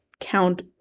count